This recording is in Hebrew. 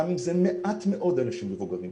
גם אם זה מעט מאוד אנשים מבוגרים.